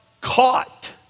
caught